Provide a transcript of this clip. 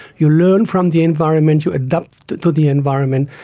you learn from the environment, you adapt to the environment,